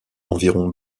environ